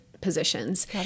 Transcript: positions